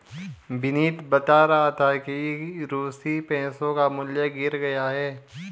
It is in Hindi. विनीत बता रहा था कि रूसी पैसों का मूल्य गिर गया है